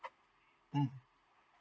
mm